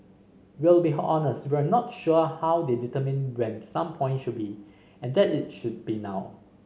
we'll be honest we're not sure how they determined when some point should be and that it should be now